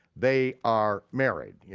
they are married, yeah